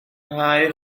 nghae